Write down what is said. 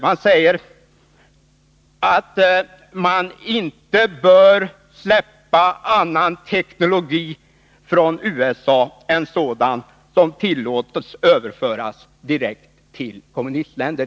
Det sägs nämligen i rapporten att man inte bör släppa annan teknologi från USA än Nr 145 sådan som tillåts överföras direkt till kommunistländer.